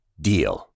DEAL